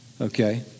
Okay